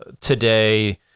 today